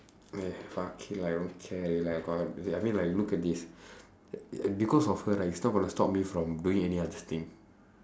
!hais! fuck it lah I don't care already lah I got like I mean like you look at this because of her right it's not gonna stop me from doing any other thing